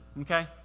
Okay